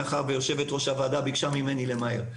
מאחר שיושבת-ראש הוועדה ביקשה ממני למהר.